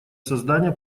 создания